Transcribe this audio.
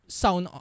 sound